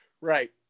Right